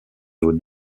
d’eau